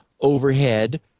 overhead